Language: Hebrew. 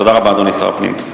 תודה רבה, אדוני שר הפנים.